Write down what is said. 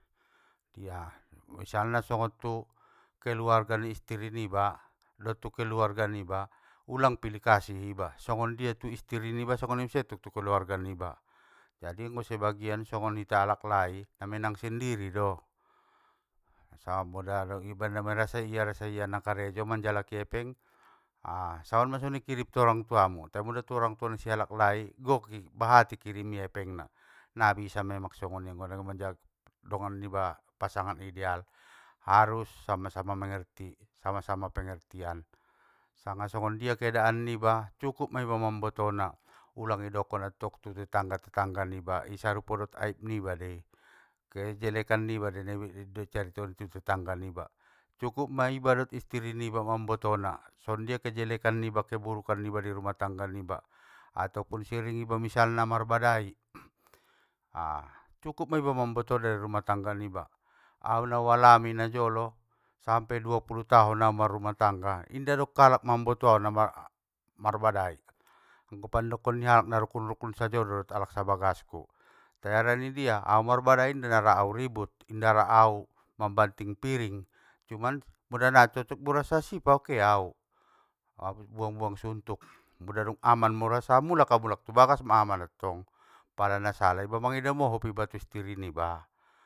Dia, misalna songon tu keluarga ni istiri niba, dot tu keluarga niba ulang pilih kasih iba, songgondia tu istiri niba songoni tu tu keluarga niba, jadi anggo sebagian songon ita alaklai, na menang sendiri do, sabodaro gi baenna marasa ia rasa ia nakarejo manjalaki epeng, a saonma songoni kirim tu orangtua mu, tai mula tu orangtua nisi alakla, goki bahat ikirim ia epengna, nabisa memang songoni anggo manjalaki dongan niba pasangan ideal, harus sama sama mengerti sama sama pengertian, sanga songondia keadaan niba cukup! Ma iba mambotona ulang idokon attong tu tetangga tetangga niba, i sarupo dot aib niba dei, kejelekan niba dei na icaritoon tu tetangga tetangga niba i, cukup maiba dot istiri niba mambotona, songonjia kejelakan niba keburukan niba ni rumah tangga niba atopun sering misalna iba marbadai. A cukup mei iba mambotona irumah tangga niba, au nau alami najolo, sampe duapulu taon hau marrumah tangga, inda dong kalak mamboto au na mar- marbadai, anggo pandokon ni alak narukun rukun sajodo dot alak sabagasku, te harani didia? Au marbadai inda nara au ribut, inda nara au mambanting piring, cuman muda na cocok urasa sip au! Ke au!, buang buang suntuk, mula dung aman urasa mulak au tubagas ma aman mattong, pala nasala iba mangido mohop iba tu istiri niba.